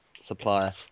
supplier